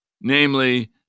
namely